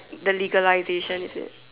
the legalization is it